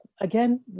again